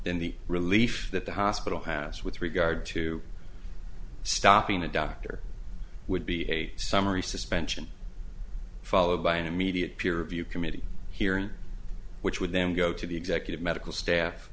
then the relief that the hospital has with regard to stopping a doctor would be a summary suspension followed by an immediate peer review committee hearing which would then go to the executive medical staff